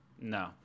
no